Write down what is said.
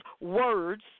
words